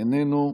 איננו,